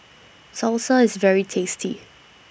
Salsa IS very tasty